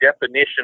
definition